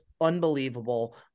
unbelievable